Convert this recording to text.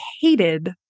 hated